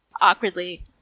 awkwardly